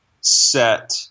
set